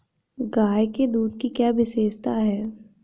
गाय के दूध की क्या विशेषता है?